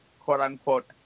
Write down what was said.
quote-unquote